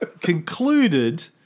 concluded